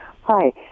Hi